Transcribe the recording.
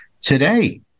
today